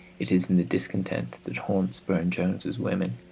it is in the discontent that haunts burne-jones's women.